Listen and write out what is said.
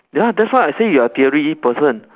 ya that's why I say you are a theory person